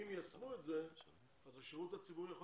אם יישמו את זה אז השירות הציבורי יוכל